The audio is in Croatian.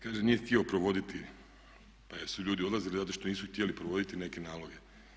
Kaže, nije htio provoditi, pa su ljudi odlazili zato što nisu htjeli provoditi neke naloge.